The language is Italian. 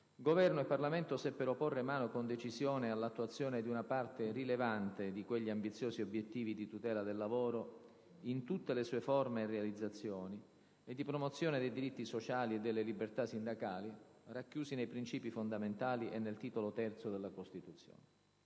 Governo e Parlamento seppero porre mano con decisione all'attuazione di una parte rilevante di quegli ambiziosi obiettivi di tutela del lavoro «in tutte le sue forme e realizzazioni» e di promozione dei diritti sociali e delle libertà sindacali, racchiusi nei Principi fondamentali e nel Titolo III della Parte I della Costituzione.